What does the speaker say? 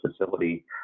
facility